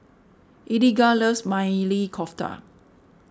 Eliga loves Maili Kofta